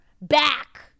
back